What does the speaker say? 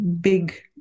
big